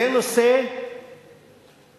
זה נושא שלא